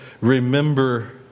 remember